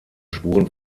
spuren